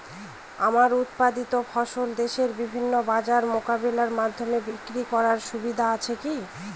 আমার উৎপাদিত ফসল দেশের বিভিন্ন বাজারে মোবাইলের মাধ্যমে বিক্রি করার সুবিধা আছে কি?